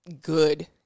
good